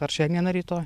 ar šiandien ar rytoj